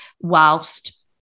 whilst